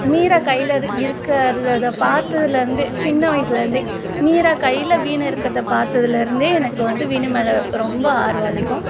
மீரா கையிலரு இருக்கிறத அதை அதை பார்த்ததுலேர்ந்து சின்ன வயசுலேயிர்ந்தே மீரா கையில் வீணை இருக்கிறத பார்த்ததுலேர்ந்தே எனக்கு வந்து வீணை மேலே ரொம்ப ஆர்வம் அதிகம்